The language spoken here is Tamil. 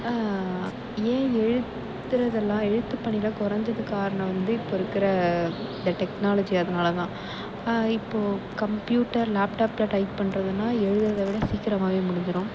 ஏன் எழுதுறதுலாம் எழுத்து பணிலாம் கொறைஞ்சதுக்கு காரணம் வந்து இப்போ இருக்கிற இந்த டெக்னாலஜி அதனால் தான் இப்போது கம்ப்யூட்டர் லேப்டாப்பில் டைப் பண்ணுறதுன்னால் எழுதுகிறத விட சீக்கிரமாகவே முடிஞ்சிடும்